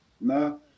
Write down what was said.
no